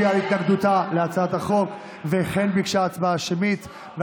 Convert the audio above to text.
חברי הכנסת, אני ביקשתי הצבעה שמית.